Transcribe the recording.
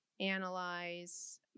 analyze